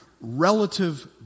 relative